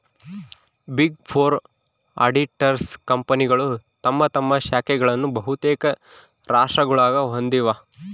big four auditors ಕಂಪನಿಗಳು ತಮ್ಮ ತಮ್ಮ ಶಾಖೆಗಳನ್ನು ಬಹುತೇಕ ರಾಷ್ಟ್ರಗುಳಾಗ ಹೊಂದಿವ